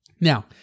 Now